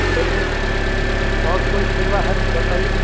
बोलिए और कोई सेवा है तो बताइए